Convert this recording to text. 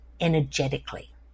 energetically